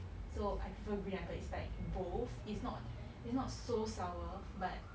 so I prefer green apple it's like both it's not it's not so sour but